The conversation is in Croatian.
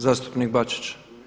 Zastupnik Bačić.